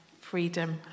freedom